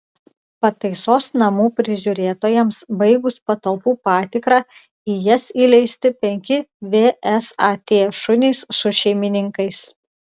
pataisos namų prižiūrėtojams baigus patalpų patikrą į jas įleisti penki vsat šunys su šeimininkais